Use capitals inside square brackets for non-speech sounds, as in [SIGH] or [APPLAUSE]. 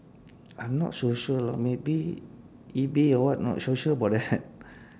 I'm not so sure lah maybe ebay or what not sure about that [LAUGHS]